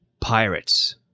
pirates